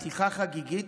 פתיחה חגיגית,